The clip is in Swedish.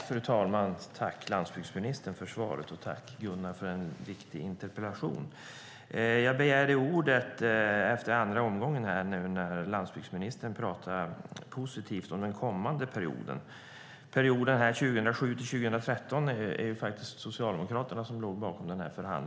Fru talman! Tack, landsbygdsministern, för svaret, och tack, Gunnar, för en viktig interpellation! Jag begärde ordet när jag hörde landsbygdsministern prata positivt om den kommande perioden. Förhandlingen för perioden 2007-2013 ligger faktiskt Socialdemokraterna bakom.